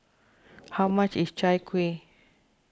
how much is Chai Kuih